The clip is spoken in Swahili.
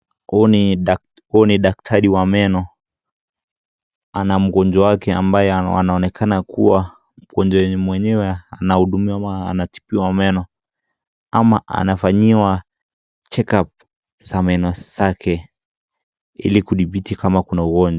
Huu ni daktari wa meno ana mgonjwa yake ambaye anaonekana kuwa mgonjwa mwenye anahudumiwa na tibu wa meno anafanyiwa check up za meno zake hili kutiputibi kama Kuna ugonjwa.